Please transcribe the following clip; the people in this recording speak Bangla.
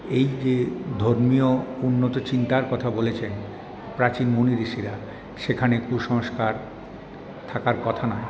এই যে ধর্মীয় উন্নত চিন্তার কথা বলেছেন প্রাচীন মুনি ঋষিরা সেখানে কুসংস্কার থাকার কথা নয়